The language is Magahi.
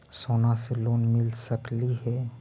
सोना से लोन मिल सकली हे?